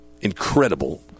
incredible